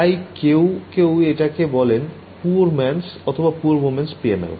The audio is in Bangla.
তাই কেউ কেউ এটাকে বলেন poor man's অথবা poor women's PML